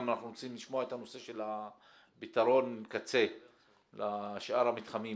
גם אנחנו רוצים לשמוע את הנושא של פתרון קצה לשאר המתחמים